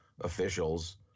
officials